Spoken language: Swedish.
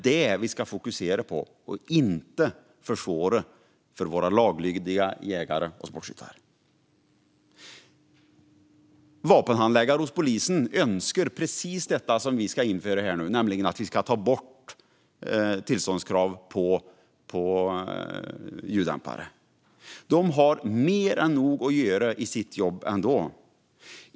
Låt oss fokusera på det och inte försvåra för våra laglydiga jägare och sportskyttar. Vapenhandläggare hos polisen önskar precis det som vi ska besluta om: att tillståndskravet för ljuddämpare tas bort. De har mer än nog att göra i sitt jobb ändå.